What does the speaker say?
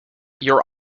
your